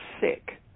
sick